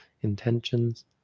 intentions